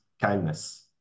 kindness